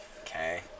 okay